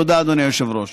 תודה, אדוני היושב-ראש.